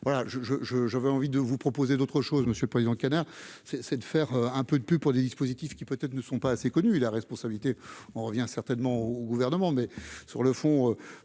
je, j'avais envie de vous proposer d'autre chose, Monsieur le Président, canard c'est c'est de faire un peu de pub pour les dispositifs qui peut-être ne sont pas assez connu, la responsabilité en revient certainement au gouvernement, mais sur le fond,